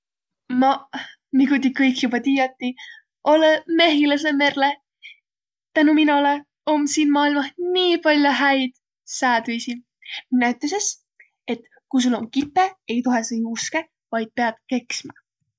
Maq, nigu ti kõik joba tiiätiq, olõ Mehiläse Merle. Teno minolõ om siin maailmah nii pall'o häid säädüisi. Nütüses, et ku sul om kipõ, ei toheq sa juuskõq, vaid piät keksmä.